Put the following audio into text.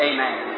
Amen